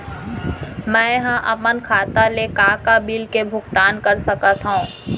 मैं ह अपन खाता ले का का बिल के भुगतान कर सकत हो